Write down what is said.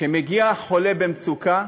כשמגיע חולה במצוקה,